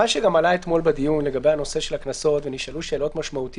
מה שעלה גם אתמול בדיון לגבי הנושא של הקנסות ונשאלו שאלות משמעותיות,